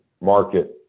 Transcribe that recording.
market